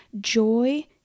joy